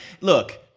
look